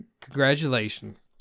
congratulations